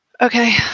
Okay